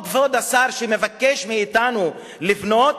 או כבוד השר שמבקש מאתנו לבנות,